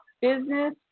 business